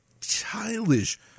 childish